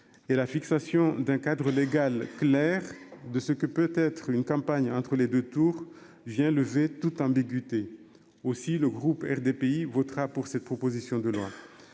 Et la fixation d'un cadre légal clair de ce que peut être une campagne entre les 2 tours vient lever toute ambiguïté, aussi le groupe RDPI votera pour cette proposition de loi.